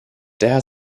daher